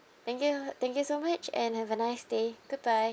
thank you thank you so much and have a nice day goodbye